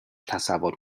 تصور